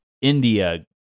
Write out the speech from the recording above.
India